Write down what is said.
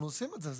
אנחנו עושים את זה.